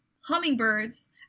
hummingbirds